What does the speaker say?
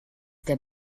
der